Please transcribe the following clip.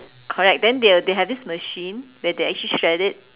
correct then they will they have this machine where they actually shred it